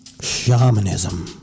shamanism